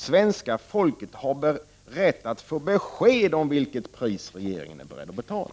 Svenska folket har rätt att få besked om vilket pris regeringen är beredd att betala.